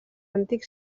antic